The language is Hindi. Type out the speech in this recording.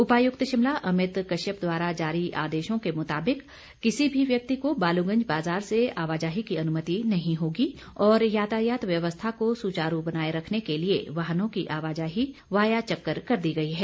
उपायुक्त शिमला अमित कश्यप द्वारा जारी आदेशों के मुताबिक किसी भी व्यक्ति को बालूगंज बाजार से आवाजाही की अनुमति नहीं होगी और यातायात व्यवस्था को सुचारू बनाये रखने के लिए वाहनों की आवाजाही वाया चक्कर कर दी गई है